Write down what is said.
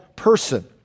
Person